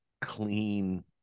clean